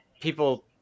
people